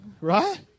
right